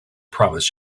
promise